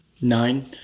nine